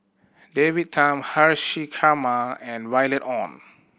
David Tham Haresh and Violet Oon